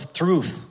truth